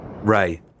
Ray